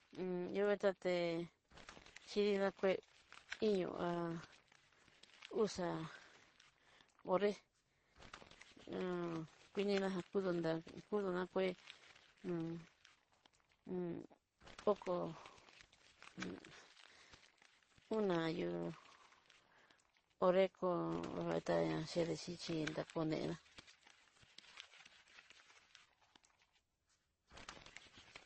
yovetaté xhidi'da kué, iño a honré kuididaja kueuntá, kudunakué hun hu okó un a yú honré kó vetaña xedeyichi takonená.